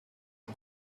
and